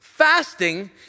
Fasting